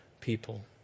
people